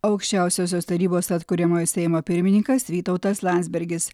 aukščiausiosios tarybos atkuriamojo seimo pirmininkas vytautas landsbergis